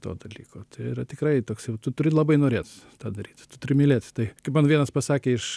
to dalyko tai yra tikrai toks jau tu turi labai norėt tą daryt tu turi mylėti tai kaip man vienas pasakė iš